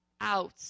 out